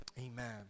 Amen